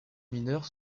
mineur